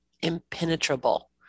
impenetrable